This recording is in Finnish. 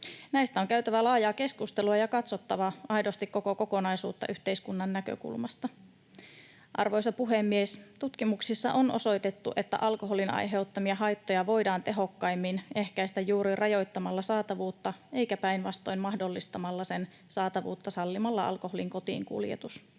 Näistä on käytävä laajaa keskustelua ja katsottava aidosti koko kokonaisuutta yhteiskunnan näkökulmasta. Arvoisa puhemies! Tutkimuksissa on osoitettu, että alkoholin aiheuttamia haittoja voidaan tehokkaimmin ehkäistä juuri rajoittamalla saatavuutta eikä päinvastoin mahdollistamalla sen saatavuutta sallimalla alkoholin kotiinkuljetus.